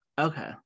Okay